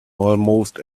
almost